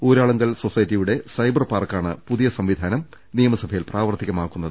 ഊരാളു ങ്കൽ സൊസൈറ്റിയുടെ സൈബർ പാർക്കാണ് പുതിയ സംവിധാനം നിയമ സഭയിൽ പ്രാവർത്തികമാക്കുന്നത്